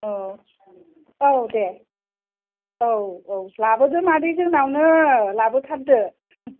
औ औ दे औ औ लाबोदो मादै जोंनावनो लाबोथारदो